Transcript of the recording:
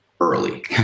early